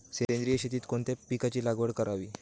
सेंद्रिय शेतीत कोणत्या पिकाची लागवड करावी?